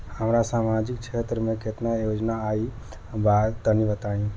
हमरा समाजिक क्षेत्र में केतना योजना आइल बा तनि बताईं?